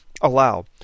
allow